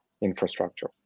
infrastructure